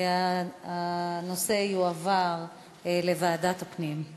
הנושא יועבר לוועדת הפנים.